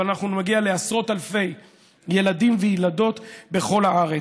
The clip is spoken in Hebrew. אבל אנחנו נגיע לעשרות אלפי ילדים וילדות בכל הארץ.